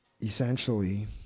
Essentially